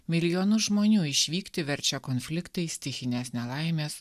milijonus žmonių išvykti verčia konfliktai stichinės nelaimės